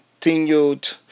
continued